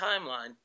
timeline